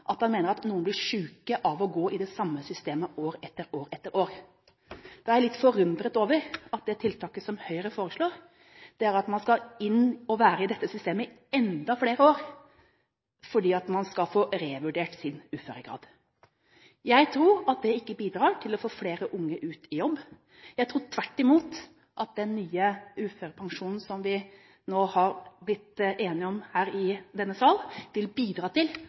at han mener at noen blir syke av å gå i det samme systemet år etter år. Jeg er litt forundret over at tiltaket som Høyre foreslår, er at man skal inn og være i dette systemet i enda flere år fordi man skal få revurdert sin uføregrad. Jeg tror at det ikke bidrar til å få flere unge ut i jobb. Jeg tror tvert imot at den nye uførepensjonen som vi nå har blitt enige om i denne salen, vil bidra til at flere unge tør å ta kanskje en deltidsjobb i starten og komme gradvis tilbake til